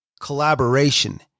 collaboration